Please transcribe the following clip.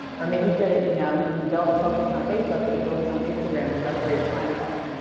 or making sure that you know you don't focus on facebook but you focus on instagram because that's where your clients are.